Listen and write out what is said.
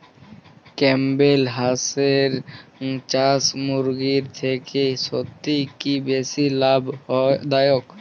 Campbell হাঁসের চাষ মুরগির থেকে সত্যিই কি বেশি লাভ দায়ক?